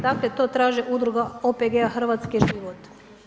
Dakle to traži Udruga OPG Hrvatske „Život“